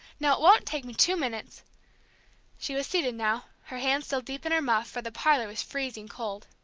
now, it won't take me two minutes she was seated now, her hands still deep in her muff, for the parlor was freezing cold.